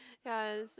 ya